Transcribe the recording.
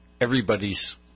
everybody's